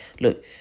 look